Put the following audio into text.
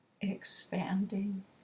Expanding